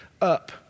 Up